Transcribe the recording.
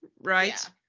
right